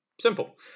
Simple